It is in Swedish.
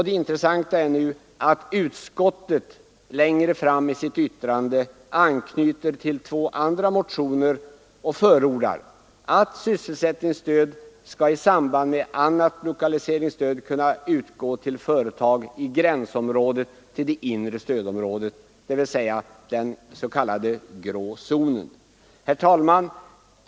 Det intressanta är att utskottet längre fram i sitt yttrande anknyter till två andra motioner och förordar att sysselsättningsstöd skall i samband med annat lokaliseringsstöd kunna utgå till företag i gränsområdet till det inre stödområdet, dvs. den s.k. grå zonen. Herr talman!